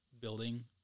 building